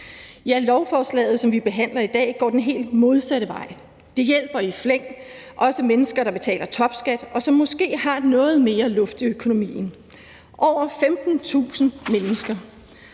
Lovforslaget, som vi behandler i dag, går den helt modsatte vej, det hjælper i flæng, også mennesker, der betaler topskat, og som måske har noget mere luft i økonomien – over 15.000 mennesker.